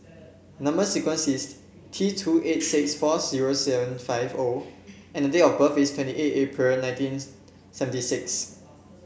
number sequence is T two eight six four zero seven five O and date of birth is twenty eight April nineteen seventy six